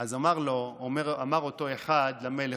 אז אמר אותו אחד למלך: